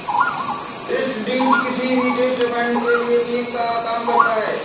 trust deed किसी भी trust fund के लिए नीव का काम करता है